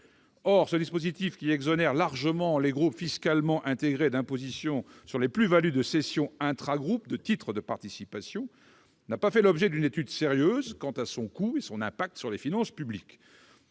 Or ce dispositif, qui exonère largement les groupes fiscalement intégrés d'imposition sur les plus-values de cessions intragroupes de titres de participation, n'a pas fait l'objet d'une étude sérieuse quant à son impact sur les finances publiques.